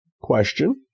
question